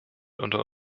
unter